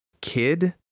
kid